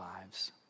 lives